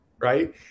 right